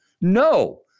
No